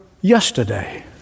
yesterday